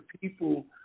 people